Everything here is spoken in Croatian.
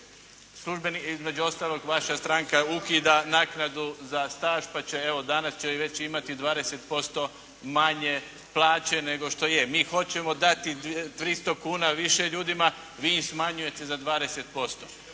Službenici, između ostalog, vaša stranka ukida naknadu za staž, pa će, evo danas će imati već 20% manje plaće nego što je. Mi hoćemo dati 300 kuna više ljudima, vi ih smanjujete za 20%.